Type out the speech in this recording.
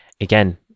again